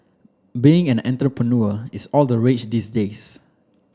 being an entrepreneur is all the rage these days